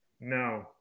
no